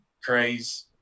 craze